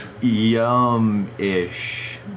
Yum-ish